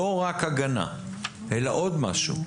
לא רק הגנה אלא עוד משהו.